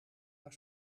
naar